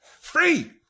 Free